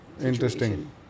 Interesting